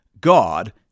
God